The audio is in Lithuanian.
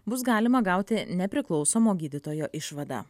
bus galima gauti nepriklausomo gydytojo išvadą